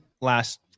last